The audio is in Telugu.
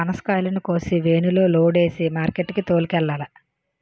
పనసకాయలను కోసి వేనులో లోడు సేసి మార్కెట్ కి తోలుకెల్లాల